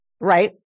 right